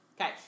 Okay